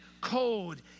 cold